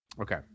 Okay